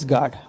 God